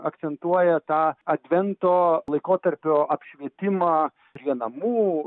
akcentuoja tą advento laikotarpio apšvietimą prie namų